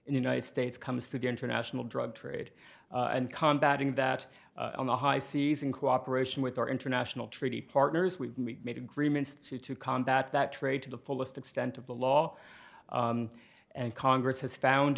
in the united states comes from the international drug trade and combat in that on the high seas in cooperation with our international treaty partners we made agreements to combat that trade to the fullest extent of the law and congress has found